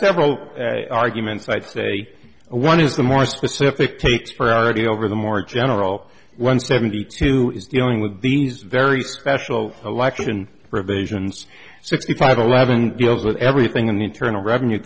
several arguments i'd say one is the more specific takes priority over the more general one seventy two is dealing with these very special election provisions sixty five eleven deals with everything in the internal revenue